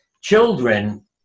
children